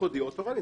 יחודי או תורני.